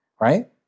right